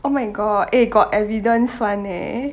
oh my god eh got evidence [one] eh